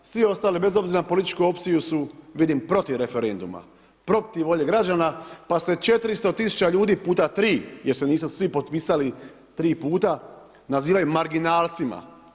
Svi ostali bez obzira na političku opciju su vidim protiv referenduma, protiv volje građana, pa se 400 tisuće ljudi puta 3 jer se nisu svi potpisali 3 puta nazivaju „marginalcima“